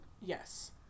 Yes